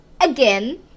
again